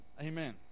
amen